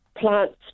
plants